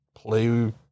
play